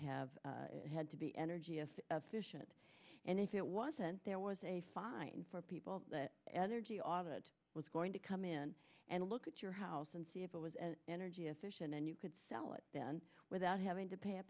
have had to be energy if fission it and if it wasn't there was a fine for people that energy audit was going to come in and look at your house and see if it was an energy efficient and you could sell it then without having to pay a